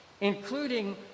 including